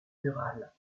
murales